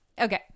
Okay